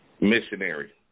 Missionary